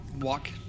walk